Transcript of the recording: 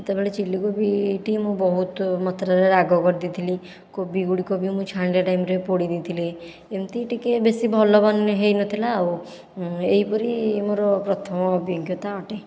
ସେତେବେଳେ ଚିଲି କୋବିଟି ବହୁତ ମାତ୍ରାରେ ରାଗ କରିଦେଇଥିଲି କୋବି ଗୁଡ଼ିକ ବି ମୁଁ ଛାଣିବା ଟାଇମ୍ରେ ପୋଡ଼ି ଦେଇଥିଲି ଏମତି ଟିକେ ଭଲ ସେ ହୋଇନଥିଲା ଆଉ ଏହିପରି ମୋର ପ୍ରଥମ ଅଭିଜ୍ଞତା ଅଟେ